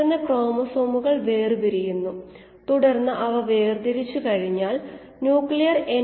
ബാച്ചിനെ സംബന്ധിച്ചിടത്തോളം സാധ്യമായ പരമാവധി കോശ സാന്ദ്രത 𝑆𝑖𝑌𝑥𝑆 ആണെന്ന് നമുക്കറിയാം